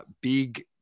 big